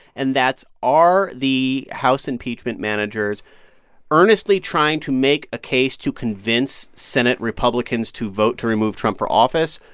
and that's, are the house impeachment managers earnestly trying to make a case to convince senate republicans to vote to remove trump for office?